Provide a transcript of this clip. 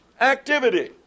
activity